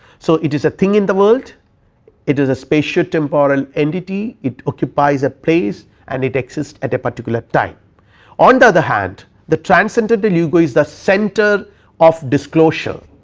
so, it is a thing in the word it is the spatio-temporal entity it occupies a space and it exist at a particular time on the other hand the transcendental ego is the center of disclosure,